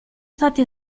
stati